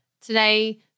Today